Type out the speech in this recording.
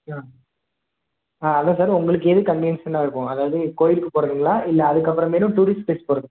ஆ ஆ அதுதான் சார் உங்களுக்கு எது கண்வீனியன்சிங்கா இருக்கும் அதாவது கோவிலுக்கு போகிறதுங்களா இல்லை அதுக்கப்புறமேலும் டூரிஸ்ட் ப்ளேஸ் போகிறது